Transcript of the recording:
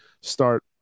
start